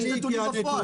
יש נתונים בפועל.